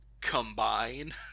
combine